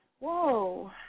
Whoa